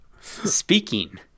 Speaking